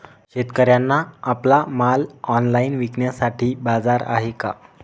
शेतकऱ्यांना आपला माल ऑनलाइन विकण्यासाठी बाजार आहे का?